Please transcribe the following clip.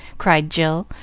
cried jill,